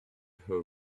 her